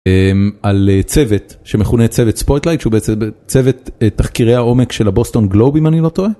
על צוות שמכונה צוות ספורטלייט שהוא בעצם צוות תחקירי העומק של הבוסטון גלוב אם אני לא טועה.